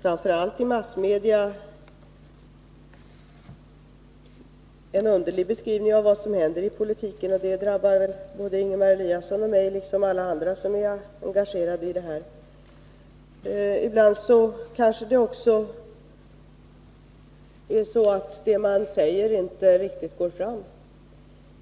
framför allt i massmedia, en underlig beskrivning av vad som händer i politiken; det drabbar väl både Ingemar Eliasson och mig, liksom andra som är engagerade. Ibland är det kanske också så att det man säger inte riktigt går fram.